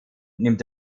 nimmt